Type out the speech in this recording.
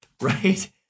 right